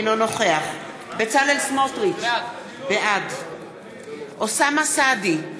אינו נוכח בצלאל סמוטריץ, בעד אוסאמה סעדי,